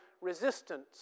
resistance